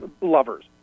lovers